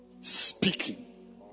Speaking